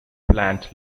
plant